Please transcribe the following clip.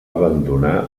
abandonar